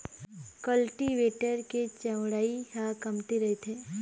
cultivator के चउड़ई ह कमती रहिथे